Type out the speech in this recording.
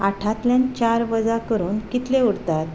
आठांतल्यान चार वजा करून कितले उरतात